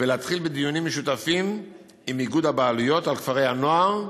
ולהתחיל בדיונים משותפים עם איגוד הבעלויות על כפרי-הנוער,